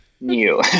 New